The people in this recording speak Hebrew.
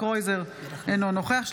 אינו נוכח יצחק קרויזר,